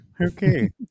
Okay